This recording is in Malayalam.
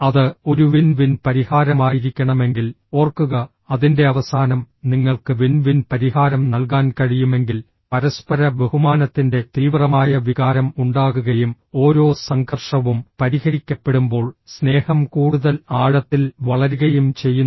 അത് ഒരു വിൻ വിൻ പരിഹാരമായിരിക്കണമെങ്കിൽ ഓർക്കുക അതിന്റെ അവസാനം നിങ്ങൾക്ക് വിൻ വിൻ പരിഹാരം നൽകാൻ കഴിയുമെങ്കിൽ പരസ്പര ബഹുമാനത്തിന്റെ തീവ്രമായ വികാരം ഉണ്ടാകുകയും ഓരോ സംഘർഷവും പരിഹരിക്കപ്പെടുമ്പോൾ സ്നേഹം കൂടുതൽ ആഴത്തിൽ വളരുകയും ചെയ്യുന്നു